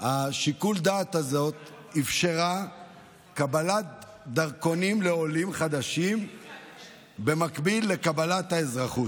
שיקול הדעת הזה אפשר קבלת דרכונים לעולים חדשים במקביל לקבלת אזרחות.